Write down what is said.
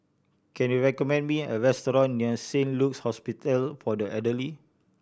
can you recommend me a restaurant near Saint Luke's Hospital for the Elderly